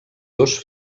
dos